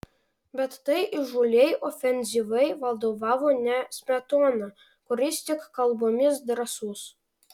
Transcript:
bet tai įžūliai ofenzyvai vadovavo ne smetona kuris tik kalbomis drąsus